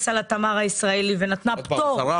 על התמר הישראלי ונתנה פטור לתמר הפלסטינאי.